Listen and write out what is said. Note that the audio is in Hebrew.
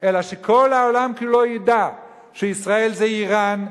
אלא שכל העולם כולו ידע שישראל זה אירן,